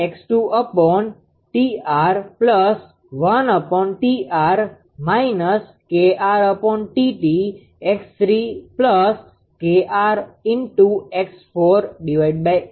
આ સમીકરણ 13 છે